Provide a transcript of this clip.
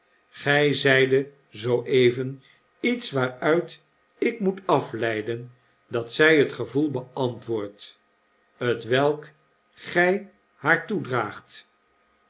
gij zeidet zoo even iets waaruit ik moet afleiden dat zg het gevoel beantwoordt t welk gg haar